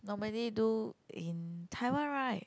normally do in Taiwan right